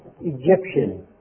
Egyptian